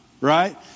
right